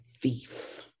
thief